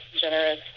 generous